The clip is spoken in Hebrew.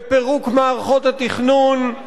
בפירוק מערכות התכנון,